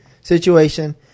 situation